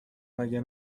مگه